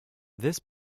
this